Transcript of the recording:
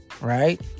Right